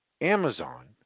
Amazon